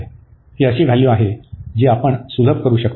ही अशी व्हॅल्यू आहे जी आपण सुलभ करू शकतो